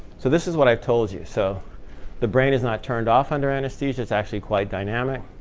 so this is what i've told you. so the brain is not turned off under anesthesia. it's actually quite dynamic.